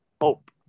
hope